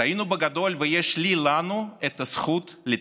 טעינו בגדול, ויש לי, לנו, את הזכות לתקן.